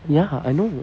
ya I know